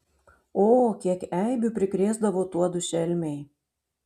o kiek eibių prikrėsdavo tuodu šelmiai